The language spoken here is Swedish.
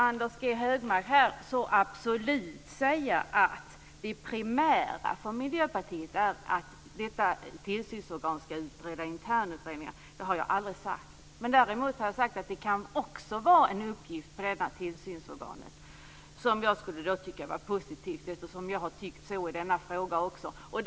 Anders G Högmark sade bestämt att det primära för Miljöarbetet är att detta tillsynsorgan ska sköta internutredningar. Det har jag aldrig sagt. Däremot har jag sagt att det kan också vara en uppgift för detta tillsynsorgan. Det tycker jag skulle vara positivt eftersom jag har tyckt på det viset i denna fråga.